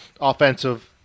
offensive